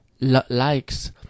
likes